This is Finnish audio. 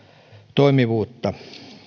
toimivuutta